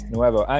Nuevo